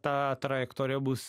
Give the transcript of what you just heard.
ta trajektorija bus